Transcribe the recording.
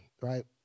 right